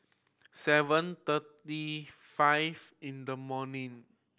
seven thirty five in the morning